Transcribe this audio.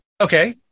Okay